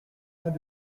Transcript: pas